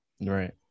right